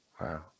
Wow